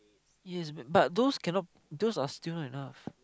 yes but but those cannot those are still not enough